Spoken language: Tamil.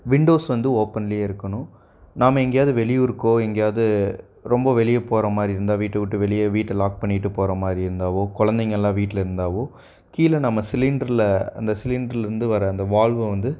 விண்டோஸ் வந்து ஓப்பன்லேயே இருக்கணும் நாம் எங்கேயாது வெளியூருக்கோ எங்கேயாது ரொம்ப வெளியே போகிற மாதிரி இருந்தால் வீட்டை விட்டு வெளியே வீட்டை லாக் பண்ணிவிட்டு போகிற மாதிரி இருந்தாவோ குழந்தைங்கெல்லாம் வீட்டில் இருந்தாவோ கீழே நம்ம சிலிண்ட்ரில் அந்த சிலிண்ட்ரிலிருந்து வர அந்த வால்வை வந்து